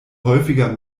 häufiger